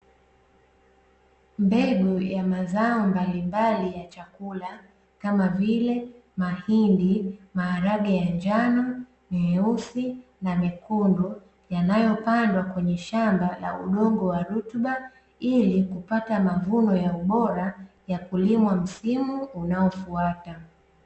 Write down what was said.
Mbegu ya mazao mbalimbali ya chakula kama vile mahindi, maharage ya njano, meusi na mekundu yanayopandwa kwenye shamba la udongo wa rutuba ili kupata mavuno ya ubora ya kulimwa msimu unaofuata.